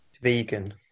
vegan